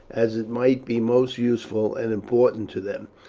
as it might be most useful and important to them.